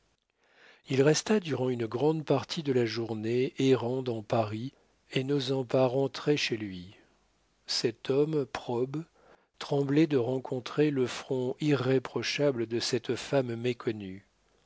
il resta durant une grande partie de la journée errant dans paris et n'osant pas rentrer chez lui cet homme probe tremblait de rencontrer le front irréprochable de cette femme méconnue